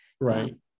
Right